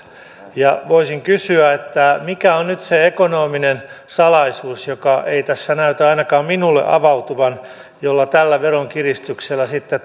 voisin kysyä mikä on nyt se ekonominen salaisuus joka ei tässä näytä ainakaan minulle avautuvan jolla tällä veronkiristyksellä sitten